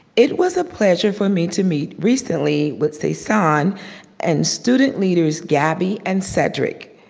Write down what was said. it was a pleasure for me to meet recently with saison and student leaders gabby and cedric.